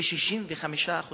ב-65%